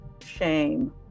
shame